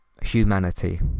Humanity